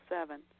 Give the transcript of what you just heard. Seven